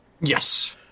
Yes